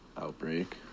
outbreak